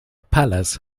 palace